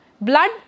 Blood